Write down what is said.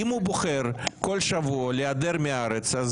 אם הוא בוחר כל שבוע להיעדר מהארץ אז